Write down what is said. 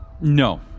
No